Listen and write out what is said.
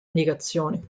indicazioni